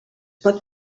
pot